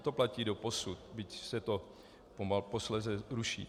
To platí doposud, byť se to posléze ruší.